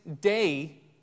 day